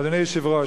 אדוני היושב-ראש,